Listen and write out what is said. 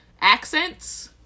accents